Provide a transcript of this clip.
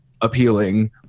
appealing